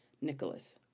Nicholas